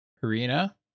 Karina